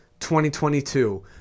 2022